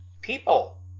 people